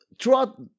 throughout